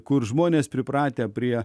kur žmonės pripratę prie